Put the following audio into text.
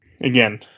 Again